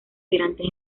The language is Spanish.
tirantes